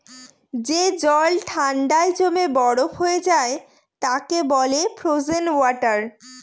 যে জল ঠান্ডায় জমে বরফ হয়ে যায় তাকে বলে ফ্রোজেন ওয়াটার